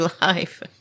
life